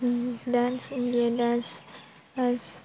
dance India dance